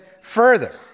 further